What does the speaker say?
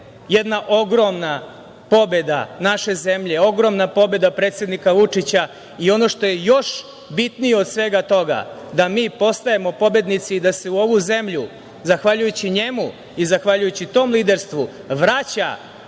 jedna ogromna pobeda naše zemlje, ogromna pobeda predsednika Vučića i ono što je još bitnije od svega toga, da mi postajemo pobednici i da se u ovu zemlju zahvaljujući njemu i zahvaljujući tom liderstvu vraća